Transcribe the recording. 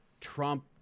Trump